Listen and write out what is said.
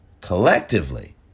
Collectively